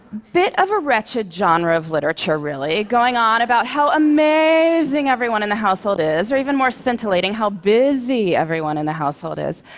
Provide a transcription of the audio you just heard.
bit of a wretched genre of literature, really, going on about how amazing everyone in the household is, or even more scintillating, how busy everyone in the household is.